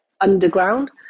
underground